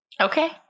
Okay